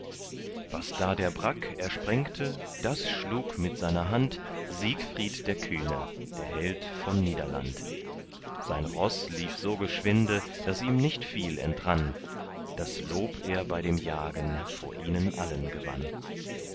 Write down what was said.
was da der brack ersprengte das schlug mit seiner hand siegfried der kühne der held von niederland sein roß lief so geschwinde daß ihm nicht viel entrann das lob er bei dem jagen vor ihnen allen gewann